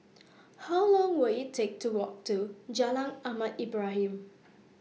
How Long Will IT Take to Walk to Jalan Ahmad Ibrahim